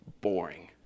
boring